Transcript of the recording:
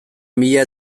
mila